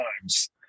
times